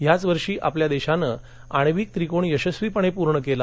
ह्याच वर्षी आपल्या देशाने आणिवक त्रिकोण यशस्वीपणे पूर्ण केला